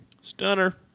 Stunner